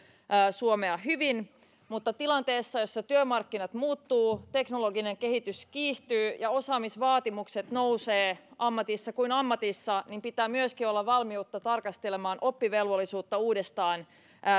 suomea hyvin mutta tilanteessa jossa työmarkkinat muuttuvat teknologinen kehitys kiihtyy ja osaamisvaatimukset nousevat ammatissa kuin ammatissa pitää myöskin olla valmiutta tarkastella oppivelvollisuutta uudestaan